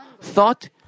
thought